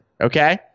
Okay